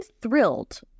thrilled